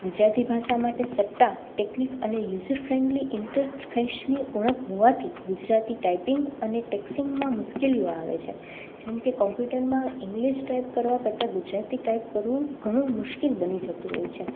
ગુજરાતી ભાષા માટે સટ્ટા ટેકનિક અને યુઝર ફ્રેન્ડલી ઇન્ટર ફેશનની ઓળખ હોવાથી ગુજરાતી ટાઈપિંગ અને ટેક્સિંગમાં મુશ્કેલીઓ આવે છે જેમ કે કોમ્યુટરમાં ઇંગ્લિશ ટાઈપ કરવા કરતાં ગુજરાતી ટાઈપ કરવું ઘણું મુશ્કિલ બની જતું હોય છે